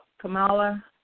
Kamala